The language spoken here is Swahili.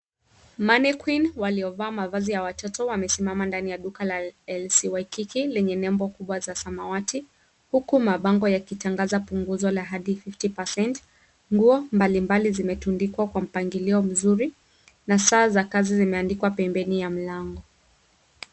Mannequinn waliovaa mavazi ya watoto wamesimama ndani ya duka la LC Waikiki lenye nembo kubwa za samawati, huku mabango yakitangaza punguzo la hadi 50%. Nguo mbalimbali zimetundikwa kwa mpangilio mzuri na saa za kazi zimeandikwa pembeni ya mlango.